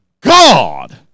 God